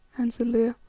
answered leo.